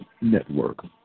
Network